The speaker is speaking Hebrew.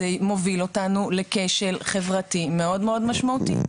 מוביל אותנו לכשל חברתי מאד מאד משמעותי.